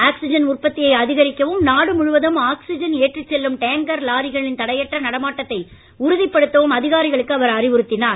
oxygen உற்பத்தியை அதிகரிக்கவும் நாடு முழுவதும் ஆக்சிஜன் ஏற்றிச் செல்லும் டேங்கர் லாரிகளின் தடையற்ற நடமாட்டத்தை உறுதி படுத்தவும் அதிகாரிகளுக்கு அவர் அறிவுறுத்தினார்